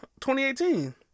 2018